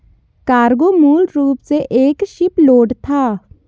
cargo मूल रूप से एक शिपलोड था